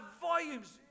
Volumes